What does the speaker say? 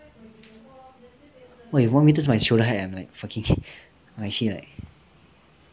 one metre is my shoulder height eh like I'm like I'm actually like